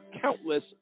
countless